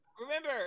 Remember